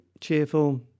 cheerful